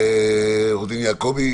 עורך דין יעקבי,